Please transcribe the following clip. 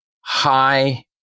high